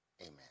Amen